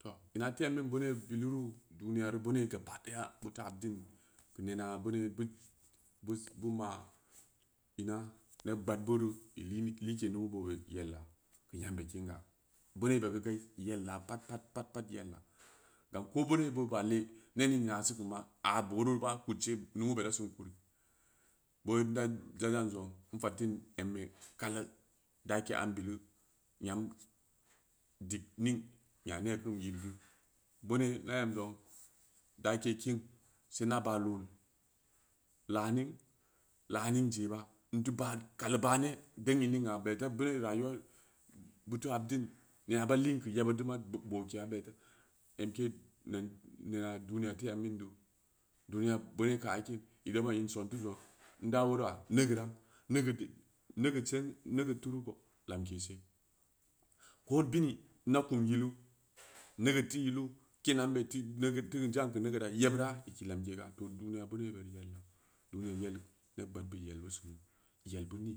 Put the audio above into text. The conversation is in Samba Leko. Tooh ina teu ammi boo nau biliru duniyaru boo nau gabadaya beu teu habduri keu nena boone bid beu ma in neb gbaad beu ru in lim like numu bobe yella keu nyambe kinga boonau be yeu dai yella pat-pat-pat-pat yella gain ken boo neu boo bale ne ning a booruri ma kudce rumu be dasin kuri boonau in da zan zong in fatin embe kali dake an bitu ngam dig ning nya ne kin yil diu booneu in da em zong dake kin sei inda baah loona laahning laahning je ba in teu ba kali baahne deng ining aa bele te booneu rayuwa buteu habdin nema ba lin keu yebud teu ma dug gboo keya bet emke nen nena duniya ten em min deu duniya boone. Koh kin ida ban in son teu zong ida wora negeura negid eeu negid sen negid turu kou lamke se koo bini ida kum yilu negid teu yilu keen ambe teu negid jan keu negeura yebura i ki lamkega tooh duniya booneo beri yella duniya yella neb gbaad bed iyel ben sunu iyelbeu ni